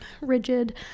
rigid